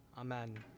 Amen